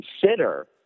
consider